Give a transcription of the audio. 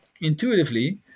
intuitively